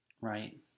Right